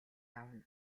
авна